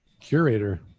curator